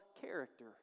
character